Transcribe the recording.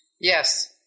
Yes